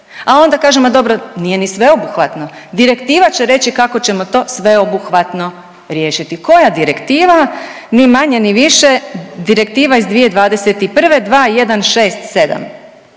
A onda kažemo dobro, nije ni sveobuhvatno. Direktiva će reći kako ćemo to sveobuhvatno riješiti. Koja direktiva? Ni manje ni više Direktiva iz 2021. 2167